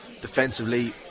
defensively